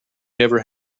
never